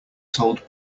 told